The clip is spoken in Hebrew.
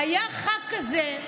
היה ח"כ כזה,